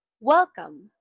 Welcome